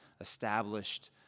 established